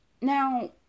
Now